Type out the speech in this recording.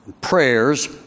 prayers